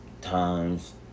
Times